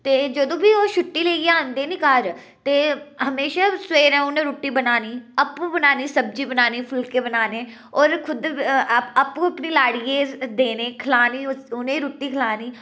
ते जदूं बी ओह् छुट्टी लेइयै आंदे नी घर ते हमेशा सबैह्रे उ'नें रुट्टी बनानी आपूं बनानी सब्जी बनानी फुल्के बनाने होर खुद आपूं अपनी लाड़ी गी देनी खलानी उ'नें ई रुट्टी खलानी